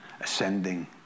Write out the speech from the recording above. ascending